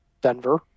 Denver